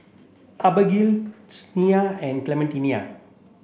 Abagail and Clementina